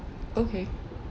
okay